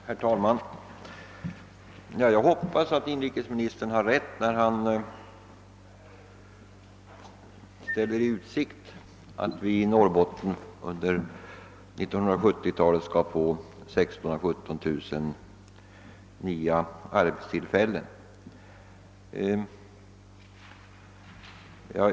Herr talman! Jag hoppas att inrikesministern har rätt när han ställer i utsikt att vi i Norrbotten under 1970-talet skall få 16 000 å 17 000 nya arbetstillfällen.